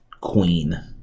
Queen